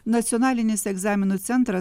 nacionalinis egzaminų centras